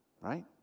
right